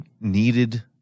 needed